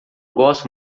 gosto